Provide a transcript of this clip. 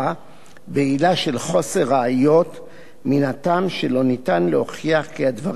חוסר ראיות מהטעם שלא ניתן להוכיח כי הדברים המיוחסים לרב,